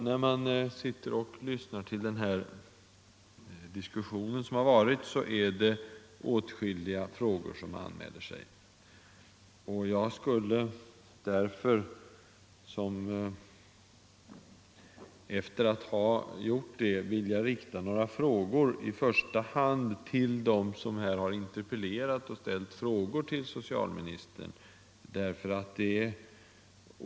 När man sitter och lyssnar till den här diskussionen är det åtskilliga spörsmål som anmäler sig. Jag skulle därför vilja rikta några frågor, i första hand till dem som här har interpellerat och ställt enkla frågor till socialministern.